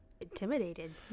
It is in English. Intimidated